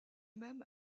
même